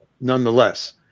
nonetheless